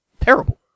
terrible